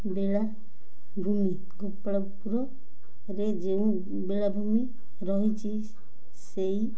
ବେଳାଭୂମି ଗୋପାଳପୁରରେ ଯେଉଁ ବେଳାଭୂମି ରହିଛି ସେଇ